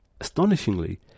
Astonishingly